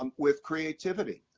um with creativity.